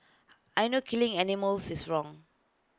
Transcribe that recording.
I know killing animals is wrong